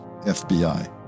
FBI